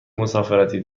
مسافرتی